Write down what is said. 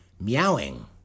meowing